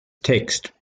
text